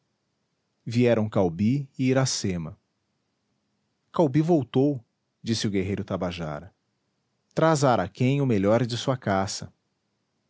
vieram caubi e iracema caubi voltou disse o guerreiro tabajara traz a araquém o melhor de sua caça